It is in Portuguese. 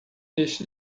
este